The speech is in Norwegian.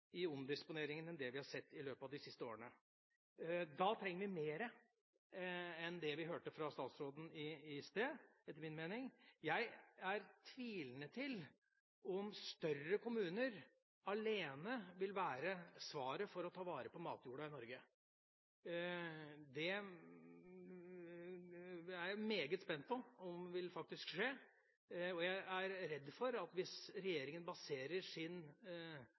i omdisponeringa enn det vi har sett i løpet av de siste årene? Da trenger vi mer enn det vi hørte fra statsråden i sted etter min mening. Jeg stiller meg tvilende til om større kommuner alene vil være svaret for å ta vare på matjorda i Norge. Det er jeg meget spent på om vil være tilfellet, og jeg er redd for at hvis regjeringa baserer sin